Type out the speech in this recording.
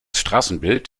straßenbild